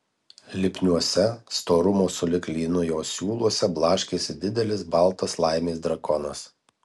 lipniuose storumo sulig lynu jo siūluose blaškėsi didelis baltas laimės drakonas